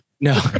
No